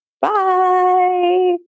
Bye